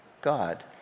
God